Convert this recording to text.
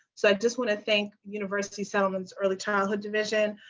so i just want to thank university settlements early childhood division,